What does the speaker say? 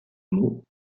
mots